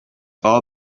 are